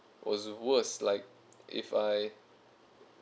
was worst like if I